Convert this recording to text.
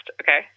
Okay